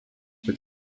with